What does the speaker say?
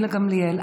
גילה גמליאל,